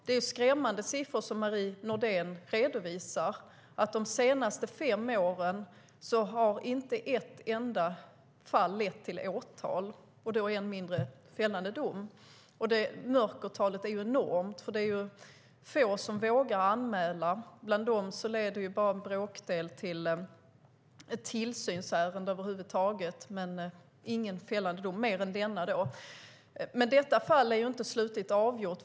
Det är skrämmande siffror som Marie Nordén redovisar om att inte ett enda fall har lett till åtal - än mindre fällande dom - under de senaste fem åren. Mörkertalet är enormt eftersom det är få som vågar anmäla, och bland dem leder bara en bråkdel till ett tillsynsärende över huvud taget. Men det har inte lett till någon fällande dom mer än denna. Men detta fall är inte slutligt avgjort.